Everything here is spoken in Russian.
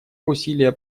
усилия